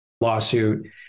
lawsuit